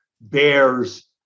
bears